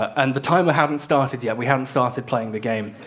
and the timer hadn't started yet, we hadn't started playing the game.